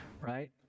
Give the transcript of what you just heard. right